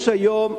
יש היום,